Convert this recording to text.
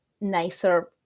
nicer